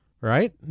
right